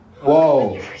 Whoa